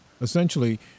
Essentially